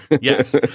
Yes